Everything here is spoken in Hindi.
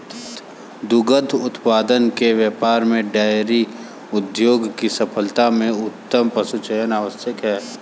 दुग्ध उत्पादन के व्यापार में डेयरी उद्योग की सफलता में उत्तम पशुचयन आवश्यक है